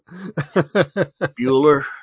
Bueller